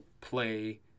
play